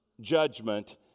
judgment